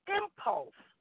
impulse